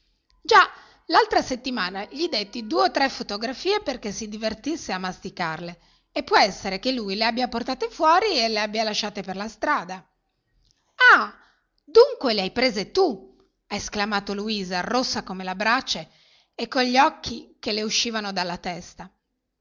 già l'altra settimana gli detti due o tre fotografie perché si divertisse a masticarle e può essere che lui le abbia portate fuori e le abbia lasciate per la strada ah dunque le hai prese tu ha esclamato luisa rossa come la brace e coli gli occhi che le uscivano dalla testa